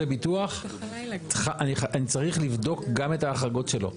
ביטוח - אני צריך לבדוק גם את ההחרגות שלו.